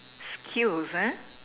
skills